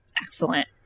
Excellent